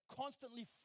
constantly